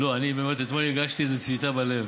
לא, אני באמת אתמול הרגשתי איזו צביטה בלב,